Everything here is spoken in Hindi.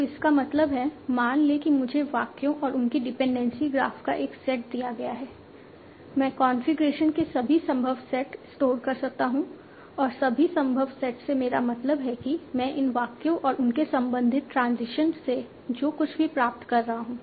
तो इसका मतलब है मान लें कि मुझे वाक्यों और उनकी डिपेंडेंसी ग्राफ का एक सेट दिया गया है मैं कॉन्फ़िगरेशन के सभी संभव सेट स्टोर कर सकता हूं और सभी संभव सेट से मेरा मतलब है कि मैं इन वाक्यों और उनके संबंधित ट्रांजिशन से जो कुछ भी प्राप्त कर रहा हूं